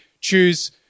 choose